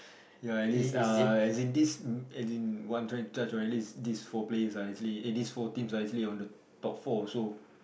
ya at least uh as in this as in what I'm trying to touch are at least these four players are actually eh these four teams are actually on the top four also